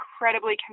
incredibly